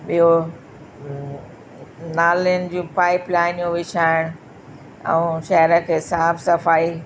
ॿियो नालेनि जूं पाइपलाइनियूं विछाइण ऐं शहर खे साफ़ु सफ़ाई